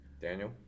Daniel